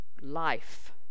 life